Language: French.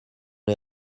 les